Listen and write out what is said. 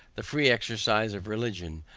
the free exercise of religion,